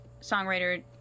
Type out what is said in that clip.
songwriter